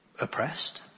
oppressed